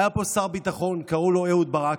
היה פה שר ביטחון, קראו לו אהוד ברק.